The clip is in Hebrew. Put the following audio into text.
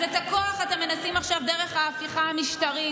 אז את הכוח אתם מנסים עכשיו דרך ההפיכה המשטרית,